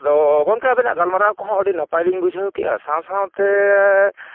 ᱟᱫᱚ ᱜᱚᱢᱠᱮ ᱟᱵᱮᱱᱟᱜ ᱜᱟᱞᱢᱟᱨᱟᱣ ᱠᱚᱦᱚᱸ ᱟᱹᱰᱤ ᱱᱟᱯᱟᱭᱞᱤᱧ ᱵᱩᱡᱷᱟᱹᱣ ᱞᱮᱫᱟ ᱥᱟᱶ ᱥᱟᱶᱛᱮ